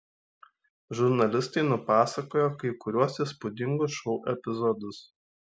žurnalistai nupasakoja kai kuriuos įspūdingus šou epizodus